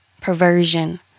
perversion